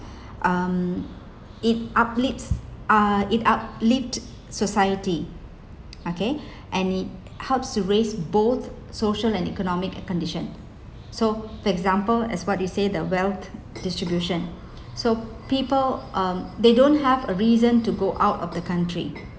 um it uplifts uh it uplift society okay and it helps to raise both social and economic condition so for example as what they say the wealth distribution so people um they don't have a reason to go out of the country